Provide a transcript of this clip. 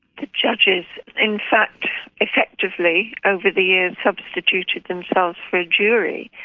the judges in fact effectively, over the years, substituted themselves for a jury,